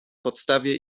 podstawie